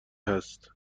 هست